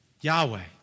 Yahweh